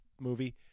movie